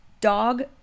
dog